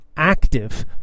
Active